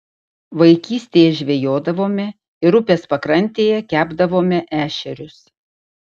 vaikystėje žvejodavome ir upės pakrantėje kepdavome ešerius